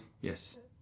yes